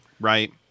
right